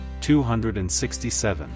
267